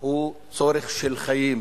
הוא צורך של חיים.